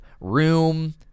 room